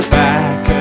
back